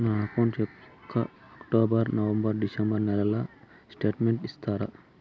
నా అకౌంట్ యొక్క October, November, December నెలల స్టేట్మెంట్ ఇస్తారా?